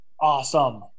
Awesome